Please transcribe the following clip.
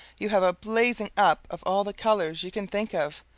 you have a blazing up of all the colors you can think of,